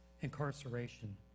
incarceration